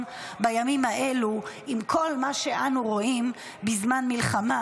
בימים האלו עם כל מה שאנו רואים בזמן מלחמה